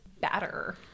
Batter